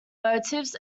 motives